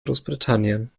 großbritannien